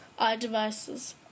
iDevices